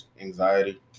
anxiety